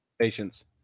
Patience